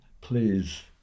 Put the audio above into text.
please